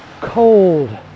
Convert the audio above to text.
cold